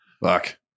Fuck